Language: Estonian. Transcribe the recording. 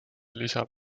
lisab